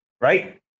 right